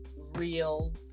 real